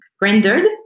rendered